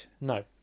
No